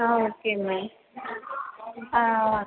ஆ okay ma'am ஆ ஆ